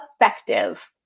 effective